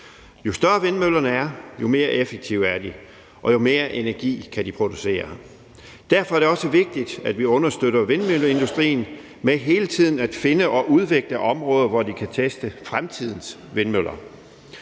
Jo større vindmøllerne er, jo mere effektive er de, og jo mere energi kan de producere. Derfor er det også vigtigt, at vi understøtter vindmølleindustrien med hele tiden at finde og udvikle områder, hvor de kan teste fremtidens vindmøller.